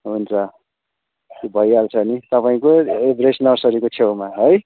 हुन्छ भइहाल्छ नि तपाईँको एड्रेस नर्सरीको छेउमा है